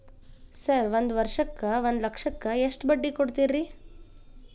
Sir ಒಂದು ವರ್ಷಕ್ಕ ಒಂದು ಲಕ್ಷಕ್ಕ ಎಷ್ಟು ಬಡ್ಡಿ ಕೊಡ್ತೇರಿ?